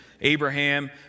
Abraham